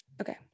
Okay